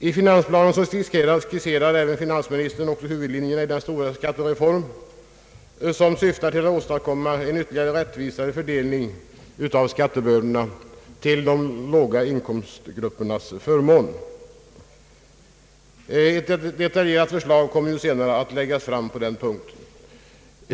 I finansplanen skisserar också finansministern huvudlinjerna i den stora skattereform som syftar till att åstadkomma en än rättvisare fördelning av skattebördorna till de låga inkomstgruppernas förmån. Ett detaljerat förslag kommer ju senare att läggas fram på den punkten.